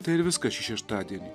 tai ir viskas šį šeštadienį